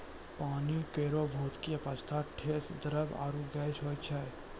पानी केरो भौतिक अवस्था ठोस, द्रव्य आरु गैस होय छै